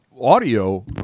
audio